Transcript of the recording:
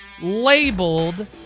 labeled